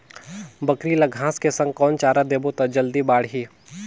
बकरी ल घांस के संग कौन चारा देबो त जल्दी बढाही?